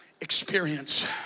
experience